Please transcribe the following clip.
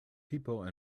people